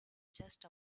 just